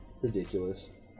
Ridiculous